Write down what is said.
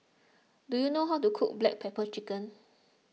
do you know how to cook Black Pepper Chicken